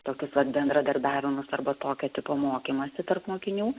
tokius vat bendradarbiavimus arba tokio tipo mokymąsi tarp mokinių